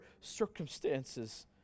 circumstances